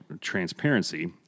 transparency